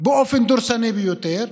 באופן דורסני ביותר,